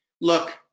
Look